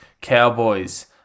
Cowboys